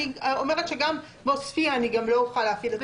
אני אומרת שגם בעוספייה אני לא אוכל להפעיל את אותו סניף.